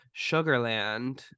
Sugarland